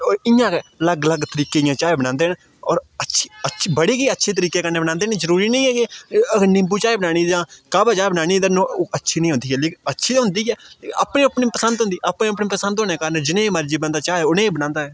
होर इ'यां गै अलग अलग तरीके दियां चाए बनांदे न होर अच्छी अच्छी बड़ी गै अच्छी तरीके कन्नै बनांदे न जरूरी नि ऐ कि निम्बू चाए बनानी जां कावा चाह् बनानी अच्छी नी होंदी ऐ अच्छी ते होंदी ऐ अपनी अपनी पसन्द होंदी आपै अपनी पसंद होने दे कारण जनेही मर्जी बन्दा चाहे उ'नेंईं बनांदा ऐ